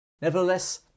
Nevertheless